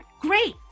great